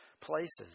places